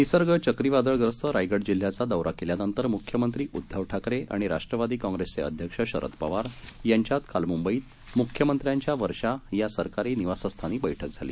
निसर्ग चक्रीवादळग्रस्त रायगड जिल्ह्याचा दौरा केल्यानंतर मुख्यमंत्री उद्धव ठाकरे आणि राष्ट्रवादी काँग्रेसचे अध्यक्ष शरद पवार यांच्यात काल मुंबईत मुख्यमंत्र्यांच्या वर्षा या सरकारी निवासस्थानी बैठक झाली